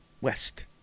west